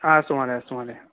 अस्तु महोदय अस्तु महोदय